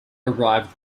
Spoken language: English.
arrived